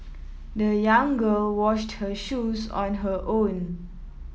the young girl washed her shoes on her own